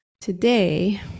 today